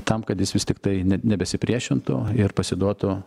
tam kad jis vis tiktai net nebesipriešintų ir pasiduotų